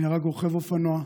נהרג רוכב אופנוע,